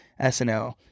SNL